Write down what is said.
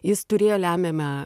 jis turėjo lemiamą